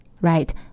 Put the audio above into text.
Right